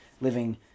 living